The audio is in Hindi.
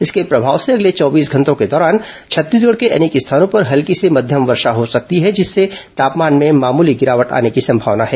इसके प्रभाव से अगले चौबीस घंटों के दौरान छत्तीसगढ़ के अनेक स्थानों पर हल्की से मध्यम वर्षा हो सकती है जिससे तापमान में मामूली गिरावट आने की संभावना है